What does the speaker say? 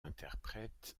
interprète